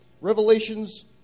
Revelations